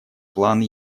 план